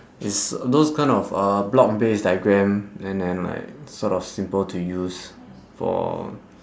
it's those kind of uh block base diagrams and then like sort of simple to use for